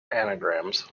anagrams